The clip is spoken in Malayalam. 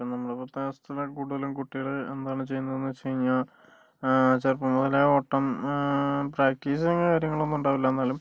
അപ്പൊൾ നമ്മുടെ പോലത്തെ അവസ്ഥയില് കൂടുതലും കുട്ടികള് എന്താണ് ചെയ്യുന്നതെന്ന് വെച്ച് കഴിഞ്ഞാൽ ചെറുപ്പം മുതലേ ഓട്ടം പ്രാക്ടീസും കാര്യങ്ങളൊന്നും ഉണ്ടാവൂല എന്നാലും